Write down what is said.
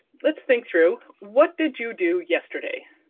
let's think through what did you do yesterday?